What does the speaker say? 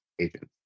agents